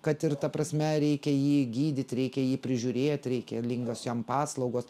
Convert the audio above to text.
kad ir ta prasme reikia jį gydyt reikia jį prižiūrėt reikalingos jam paslaugos